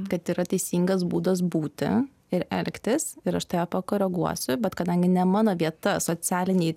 kad yra teisingas būdas būti ir elgtis ir aš tave pakoreguosiu bet kadangi ne mano vieta socialinėj